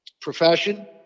profession